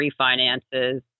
refinances